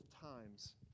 times